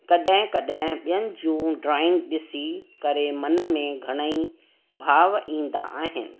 कॾहिं कॾहिं ॿियनि जूं ड्रॉइंग ॾिसी करे मन में घणेई भाव ईंदा आहिनि